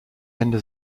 ende